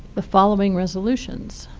the following resolutions